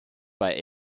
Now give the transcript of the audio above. bei